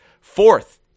Fourth